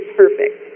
perfect